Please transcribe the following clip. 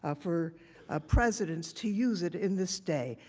ah for ah president to use it in this day.